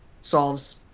solves